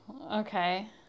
Okay